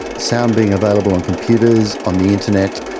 sound being available on computers, on the internet,